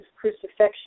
crucifixion